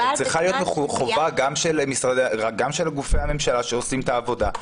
צריכה להיות חובה גם של גופי הממשלה שעושים את העבודה.